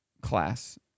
class